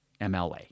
MLA